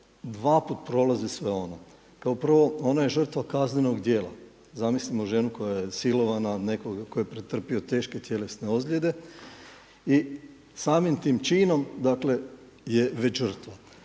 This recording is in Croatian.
dva put prolazi sve ono. Kao prvo, ona je žrtva kaznenog djela, zamislimo ženu koja je silovana, nekoga tko je pretrpio teške tjelesne ozljede i samim tim činom već žrtva.